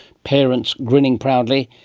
parents grinning proudly.